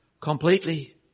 completely